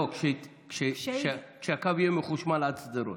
לא, כשהקו יהיה מחושמל עד שדרות.